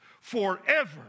forever